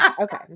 Okay